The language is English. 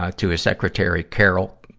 ah to his secretary, carol,